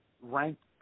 ranked